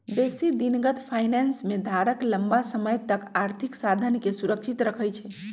बेशी दिनगत फाइनेंस में धारक लम्मा समय तक आर्थिक साधनके सुरक्षित रखइ छइ